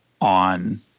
on